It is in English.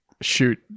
shoot